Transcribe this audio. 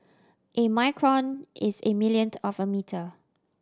a micron is a millionth of a metre